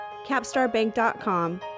CAPSTARBANK.COM